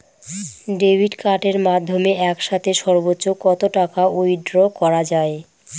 Debit কার্ডের মাধ্যমে একসাথে সর্ব্বোচ্চ কত টাকা উইথড্র করা য়ায়?